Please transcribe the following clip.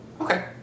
Okay